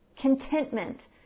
Contentment